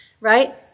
right